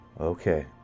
Okay